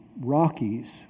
Rockies